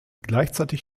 gleichzeitig